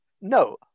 No